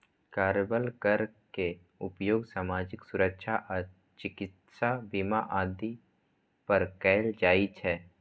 कार्यबल कर के उपयोग सामाजिक सुरक्षा आ चिकित्सा बीमा आदि पर कैल जाइ छै